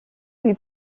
lui